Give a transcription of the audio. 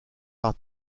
par